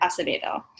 Acevedo